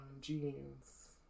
jeans